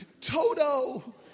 Toto